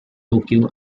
tokyo